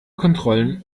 kontrollen